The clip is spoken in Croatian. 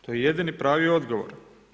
To je jedini pravi odgovor.